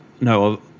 no